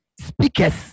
speakers